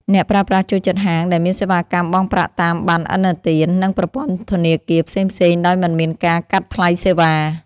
អ្នកប្រើប្រាស់ចូលចិត្តហាងដែលមានសេវាកម្មបង់ប្រាក់តាមបណ្ណឥណទាន និងប្រព័ន្ធធនាគារផ្សេងៗដោយមិនមានការកាត់ថ្លៃសេវា។